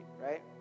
right